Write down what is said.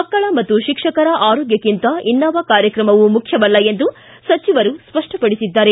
ಮಕ್ಕಳ ಮತ್ತು ಶಿಕ್ಷಕರ ಆರೋಗೃಕ್ಷಿಂತ ಇನ್ನಾವ ಕಾರ್ಯಕ್ರಮವೂ ಮುಖ್ಯವಲ್ಲ ಎಂದು ಸಚಿವರು ಸ್ಪಷ್ಟಪಡಿಸಿದ್ದಾರೆ